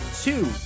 Two